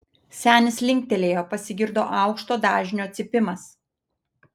senis linktelėjo pasigirdo aukšto dažnio cypimas